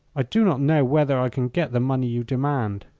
i do not know whether i can get the money you demand.